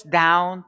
down